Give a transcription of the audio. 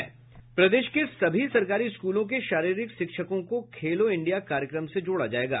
प्रदेश के सभी सरकारी स्कूलों के शारीरिक शिक्षकों को खेलो इंडिया कार्यक्रम से जोड़ा जायेगा